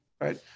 Right